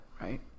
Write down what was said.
Right